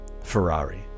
Ferrari